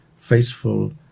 faithful